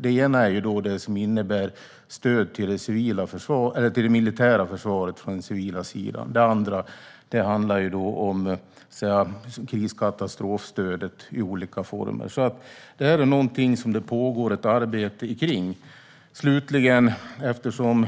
Den ena är det som innebär stöd till det militära försvaret från den civila sidan. Den andra handlar om kris och katastrofstödet i olika former. Det pågår alltså ett arbete med detta. Slutligen vill jag fråga, eftersom